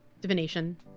Divination